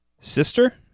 sister